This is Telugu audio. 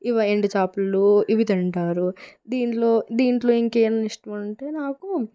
ఇవి ఎండు చేపలు ఇవి తింటారు దీనిలో దీనిలో ఇంకేం ఇష్టమంటే నాకు